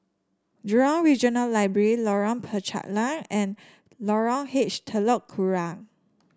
Jurong Regional Library Lorong Penchalak and Lorong H Telok Kurau